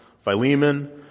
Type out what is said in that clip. Philemon